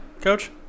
coach